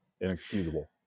Inexcusable